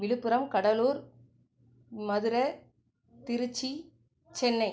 Villupuram Cuddalore Madurai Tiruchi Chennai